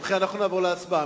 ובכן, אנחנו נעבור להצבעה.